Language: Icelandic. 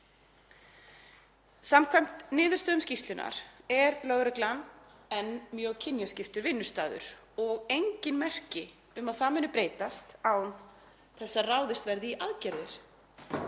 Samkvæmt niðurstöðum skýrslunnar er lögreglan enn mjög kynjaskiptur vinnustaður og engin merki um að það muni breytast án þess að ráðist verði í aðgerðir.